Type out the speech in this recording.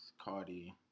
Cardi